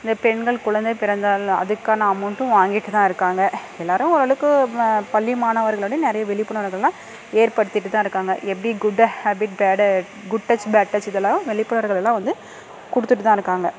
இந்த பெண்கள் குழந்தை பிறந்தால் அதுக்கான அமௌண்ட்டும் வாங்கிட்டு தான் இருக்காங்க எல்லோரும் ஓரளவுக்கு பள்ளி மாணவர்கள் வந்து நிறைய விழிப்புணர்வுகளெலாம் ஏற்படுத்திகிட்டு தான் இருக்காங்க எப்படி good habit bad good touch bad touch இதெல்லாம் விழிப்புணர்வுகள்லாம் வந்து கொடுத்துட்டு தான் இருக்காங்க